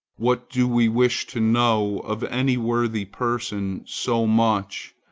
what do we wish to know of any worthy person so much,